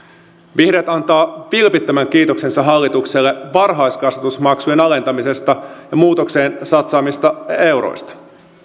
vihreät antaa vilpittömän kiitoksensa hallitukselle varhaiskasvatusmaksujen alentamisesta ja muutokseen satsatuista euroista